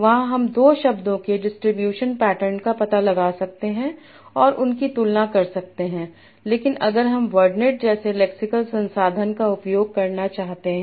वहां हम दो शब्दों के डिस्ट्रीब्यूशन पैटर्न का पता लगा सकते हैं और उन की तुलना कर सकते हैं लेकिन अगर हम वर्डनेट जैसे लेक्सिकल संसाधन का उपयोग करना चाहते हैं